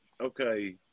okay